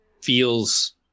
feels